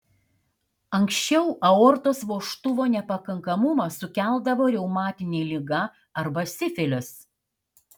anksčiau aortos vožtuvo nepakankamumą sukeldavo reumatinė liga arba sifilis